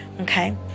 Okay